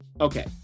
okay